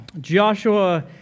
Joshua